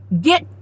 Get